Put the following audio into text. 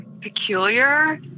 peculiar